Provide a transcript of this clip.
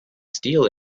steel